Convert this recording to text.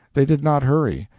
they did not hurry,